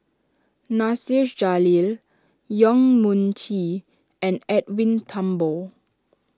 Nasir Jalil Yong Mun Chee and Edwin Thumboo